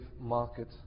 market